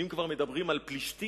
אם כבר מדברים על פלישתים,